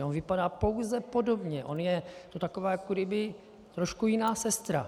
On vypadá pouze podobně, on je jako kdyby trošku jiná sestra.